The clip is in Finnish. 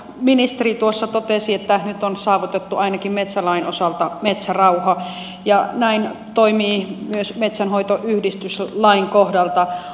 ministeri tuossa totesi että nyt on saavutettu ainakin metsälain osalta metsärauha ja näin on myös metsänhoitoyhdistyslain kohdalta